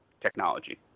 technology